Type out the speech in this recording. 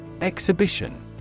Exhibition